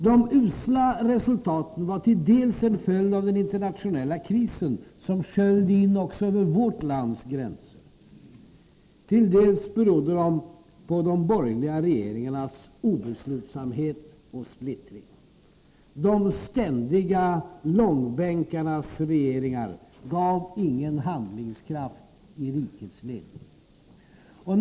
De usla resultaten var till dels en följd av den internationella krisen, som sköljde in också över vårt lands gränser, till dels berodde de på de borgerliga regeringarnas obeslutsamhet och splittring. De ständiga långbänkarnas regeringar gav ingen handlingskraft i rikets ledning.